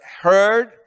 heard